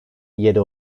yedi